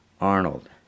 Arnold